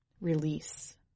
Release